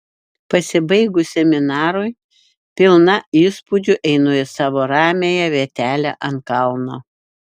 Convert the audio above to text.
pasibaigus seminarui pilna įspūdžių einu į savo ramiąją vietelę ant kalno